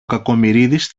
κακομοιρίδης